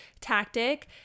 tactic